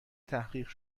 تحقیق